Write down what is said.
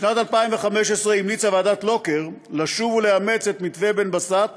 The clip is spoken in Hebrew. בשנת 2015 המליצה ועדת לוקר לשוב ולאמץ את מתווה בן-בסט